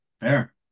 fair